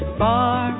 far